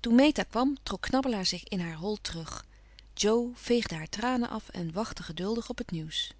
toen meta kwam trok knabbelaar zich in haar hol terug jo veegde haar tranen af en wachtte geduldig op het nieuws